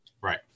right